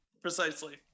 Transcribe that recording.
Precisely